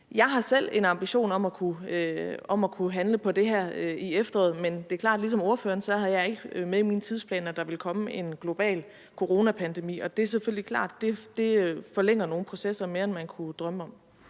Jeg har selv en ambition om at kunne handle på det her i efteråret, men det er klart, at ligesom ordføreren har jeg heller ikke med i min tidsplan, at der ville komme en global coronapandemi, og det er selvfølgelig klart, at det forlænger nogle processer mere, end man kunne drømme om.